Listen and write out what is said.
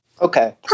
Okay